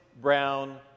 brown